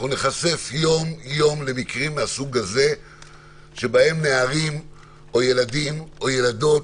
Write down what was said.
אנחנו נחשף יום יום למקרים מהסוג הזה שבהם נערים או ילדים או ילדות